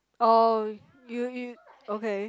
oh you you okay